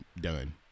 done